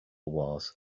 wars